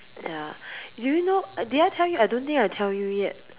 ya do you know uh did I tell you I don't think I tell you yet